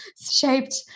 shaped